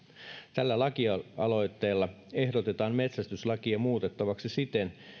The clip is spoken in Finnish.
tällä lakialoitteella ehdotetaan metsästyslakia muutettavaksi siten